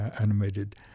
animated